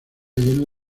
lleno